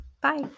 Bye